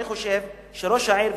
אני חושב שראש העיר,